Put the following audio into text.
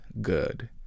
good